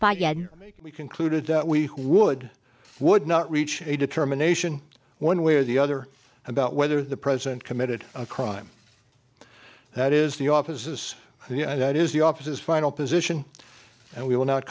leave but we concluded that we would would not reach a determination one way or the other about whether the president committed a crime that is the offices yeah that is the office is final position and we will not